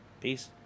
Peace